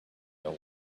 know